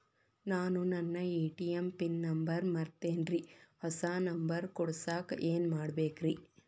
ನಾನು ನನ್ನ ATM pin number ಮರ್ತೇನ್ರಿ, ಹೊಸಾ ನಂಬರ್ ಕುಡಸಾಕ್ ಏನ್ ಮಾಡ್ಬೇಕ್ರಿ?